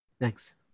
Thanks